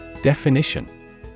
Definition